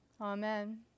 Amen